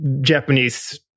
Japanese